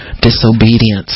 disobedience